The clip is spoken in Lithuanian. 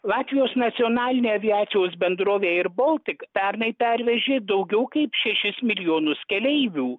latvijos nacionalinė aviacijos bendrovė air baltic pernai pervežė daugiau kaip šešis milijonus keleivių